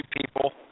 people